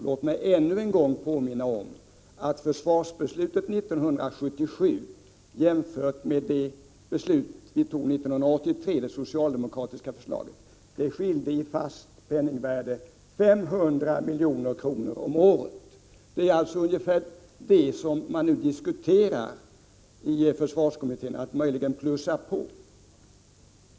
Låt mig ännu en gång påminna om att försvarsbeslutet 1977 jämfört med det socialdemokratiska förslaget till beslut 1983 skilde sig i fast penningvärde med 500 milj.kr. om året. Det är alltså ungefär vad man i försvarskommittén på socialdemokratiskt håll diskuterar att möjligen plussa på.